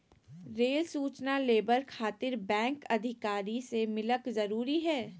Rail सूचना labour खातिर bank अधिकारी से मिलक जरूरी है?